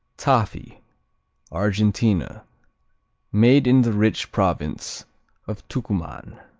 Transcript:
tafi argentina made in the rich province of tucuman.